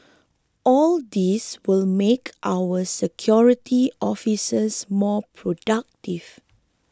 all these will make our security officers more productive